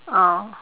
oh